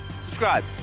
subscribe